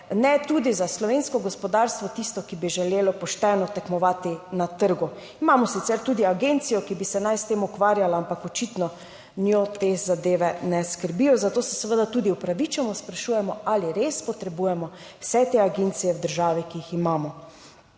ne tudi za slovensko gospodarstvo, tisto, ki bi želelo pošteno tekmovati na trgu. Imamo sicer tudi agencijo, ki bi se naj s tem ukvarjala, ampak očitno njo te zadeve ne skrbijo. Zato se seveda tudi upravičeno sprašujemo, ali res potrebujemo vse te agencije v državi, ki jih imamo.